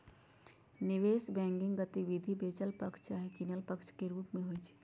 निवेश बैंकिंग गतिविधि बेचल पक्ष चाहे किनल पक्ष के रूप में होइ छइ